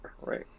right